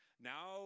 Now